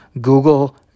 Google